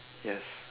yes